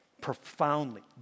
profoundly